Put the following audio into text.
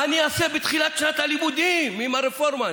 מה אני אעשה בתחילת שנת הלימודים עם הרפורמה?